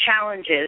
challenges